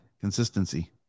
consistency